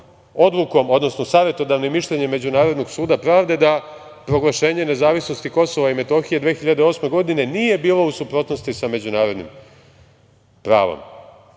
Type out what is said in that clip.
odlukom, odnosno savetodavnim mišljenje Međunarodnog suda pravde da proglašenje nezavisnosti Kosova i Metohije 2008. godine nije bilo u suprotnosti sa međunarodnim pravom. Tako